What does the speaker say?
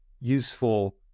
useful